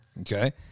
Okay